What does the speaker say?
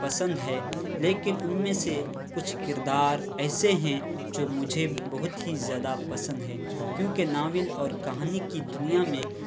پسند ہیں لیکن ان میں سے کچھ کردار ایسے ہیں جو مجھے بہت ہی زیادہ پسند ہیں کیونکہ ناول اور کہانی کی دنیا میں